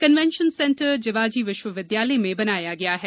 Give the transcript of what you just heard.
convention centre Jiwaji विश्वविद्यालय में बनाया गया है